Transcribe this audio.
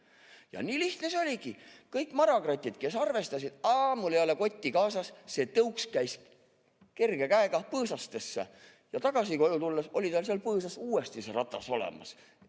Nii lihtne see oligi. Kõik marakratid, kes arvestasid, aa, mul ei ole kotti kaasas, neil käis see tõuks kerge käega põõsastesse ja tagasi tulles oli tal seal põõsas see ratas olemas.